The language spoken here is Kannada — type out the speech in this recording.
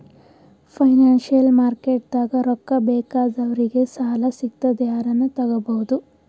ಫೈನಾನ್ಸಿಯಲ್ ಮಾರ್ಕೆಟ್ದಾಗ್ ರೊಕ್ಕಾ ಬೇಕಾದವ್ರಿಗ್ ಸಾಲ ಸಿಗ್ತದ್ ಯಾರನು ತಗೋಬಹುದ್